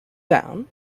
down